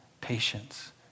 patience